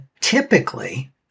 typically